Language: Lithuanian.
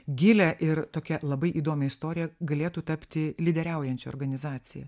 gilią ir tokią labai įdomią istoriją galėtų tapti lyderiaujančia organizacija